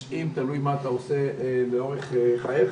90, תלוי מה אתה עושה לאורך חייך.